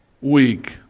week